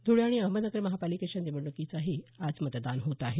धुळे आणि अहमदनगर महापालिकेच्या निवडणुकीसाठीही आज मतदान होत आहेत